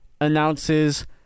announces